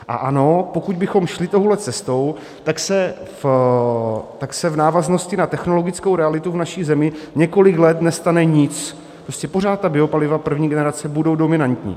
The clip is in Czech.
A ano, pokud bychom šli touhle cestou, tak se v návaznosti na technologickou realitu v naší zemi několik let nestane nic, prostě pořád ta biopaliva první generace budou dominantní.